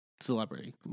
celebrity